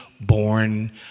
born